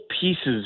pieces